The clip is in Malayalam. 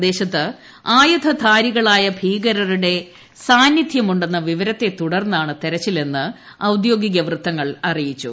പ്രദേശത്ത് ആയുധ ധാരികളായ ഭീകരരുടെ സാന്നിദ്ധ്യം ഉണ്ടെന്ന വിവരത്തെ തുടർന്നാണ് തെരച്ചിലെന്ന് ഔദ്യോഗിക വൃത്തങ്ങൾ അറിയിച്ചു